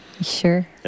Sure